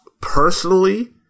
personally